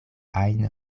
ajn